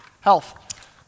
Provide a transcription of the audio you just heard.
Health